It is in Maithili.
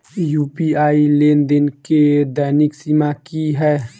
यु.पी.आई लेनदेन केँ दैनिक सीमा की है?